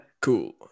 cool